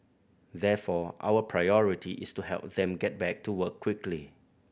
therefore our priority is to help them get back to work quickly